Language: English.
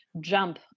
Jump